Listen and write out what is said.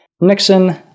Nixon